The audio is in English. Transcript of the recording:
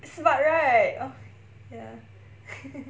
smart right oh ya